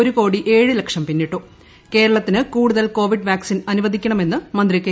ഒരു കോടി ഏഴ് ലക്ഷം പിന്നീട്ടു കേരളത്തിന് കൂടുതൽ കോവിഡ് വാക്സിൻ അ് സുവദിക്കണമെന്ന് മന്ത്രി കെ